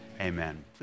amen